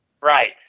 Right